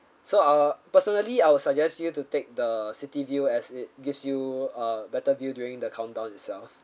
so I'll uh personally I would suggest you to take the city view as it gives you uh better view during the countdown itself